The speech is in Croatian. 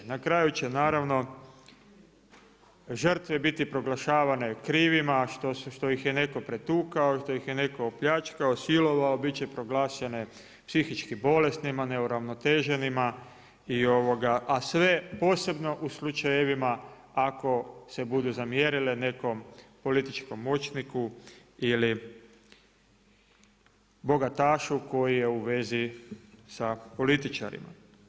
Na kraju će naravno žrtve biti proglašavane krivima što ih je netko pretukao, što ih je netko opljačkao, silovao, biti će proglašene psihički bolesnima, neuravnoteženima a sve posebno u slučajevima ako se budu zamjerile nekom političkom moćniku ili bogatašu koji je u vezi sa političarima.